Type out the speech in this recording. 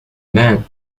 mann